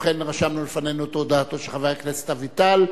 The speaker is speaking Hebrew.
ובכן, רשמנו לפנינו את הודעתו של חבר הכנסת אביטל.